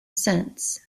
since